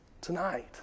tonight